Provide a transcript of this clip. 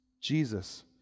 Jesus